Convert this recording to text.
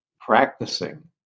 practicing